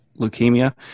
leukemia